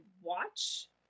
watch